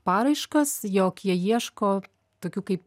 paraiškas jog jie ieško tokių kaip